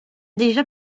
déjà